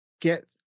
get